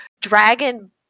dragon